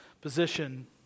position